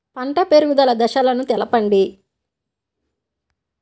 పంట పెరుగుదల దశలను తెలపండి?